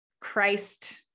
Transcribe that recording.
Christ